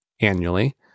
annually